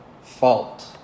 fault